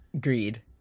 Greed